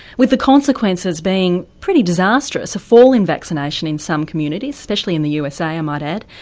with the consequences being pretty disastrous a fall in vaccination in some communities, especially in the usa i ah might add.